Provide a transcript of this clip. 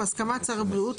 בהסכמת שר הבריאות,